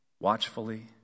watchfully